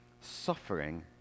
Suffering